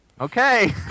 Okay